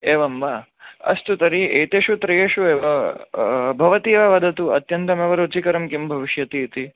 एवं वा अस्तु तर्हि एतेषु त्रिषु एव भवती एव वदतु अत्यन्तमेव रुचिकरं किं भविष्यति इति